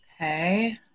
Okay